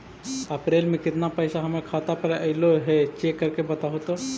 अप्रैल में केतना पैसा हमर खाता पर अएलो है चेक कर के बताहू तो?